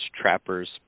Trappers